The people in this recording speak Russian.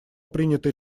принятой